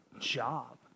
job